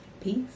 Peace